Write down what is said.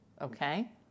Okay